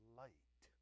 light